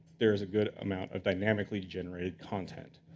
there's a good amount of dynamically-generated content.